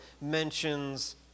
mentions